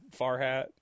farhat